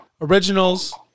originals